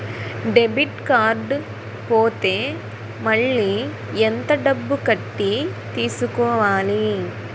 Debit card పోతే మళ్ళీ ఎంత డబ్బు కట్టి తీసుకోవాలి?